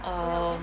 err